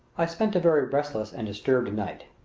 i spent a very restless and disturbed night.